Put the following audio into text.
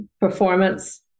performance